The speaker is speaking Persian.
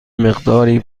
مقداری